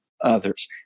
others